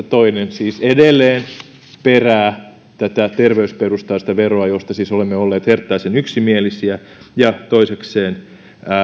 toinen edelleen perää tätä terveysperusteista veroa josta siis olemme olleet herttaisen yksimielisiä ja toisekseen